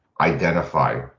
identify